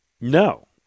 No